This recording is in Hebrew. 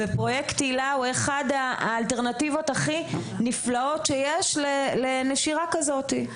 ופרויקט היל"ה היא אחת האלטרנטיבות הכי נפלאות שיש לנשירה כזאת.